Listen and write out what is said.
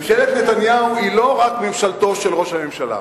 ממשלת נתניהו היא לא רק ממשלתו של ראש הממשלה,